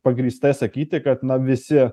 pagrįstai sakyti kad na visi